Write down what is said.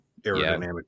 aerodynamic